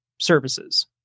services